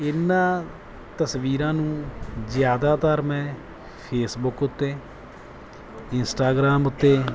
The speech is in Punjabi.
ਇਹਨਾਂ ਤਸਵੀਰਾਂ ਨੂੰ ਜ਼ਿਆਦਾਤਰ ਮੈਂ ਫੇਸਬੁੱਕ ਉੱਤੇ ਇੰਸਟਾਗਰਾਮ ਉੱਤੇ